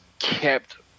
kept